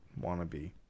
wannabe